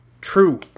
True